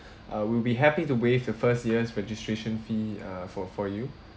uh we will be happy to waive the first year's registration fee uh for for you